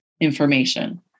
information